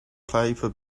paper